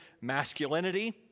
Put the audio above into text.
masculinity